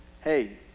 Hey